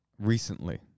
recently